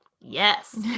Yes